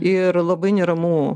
ir labai neramu